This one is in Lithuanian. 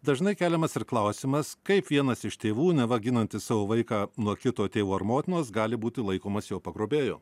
dažnai keliamas ir klausimas kaip vienas iš tėvų neva ginantis savo vaiką nuo kito tėvo ar motinos gali būti laikomas jo pagrobėju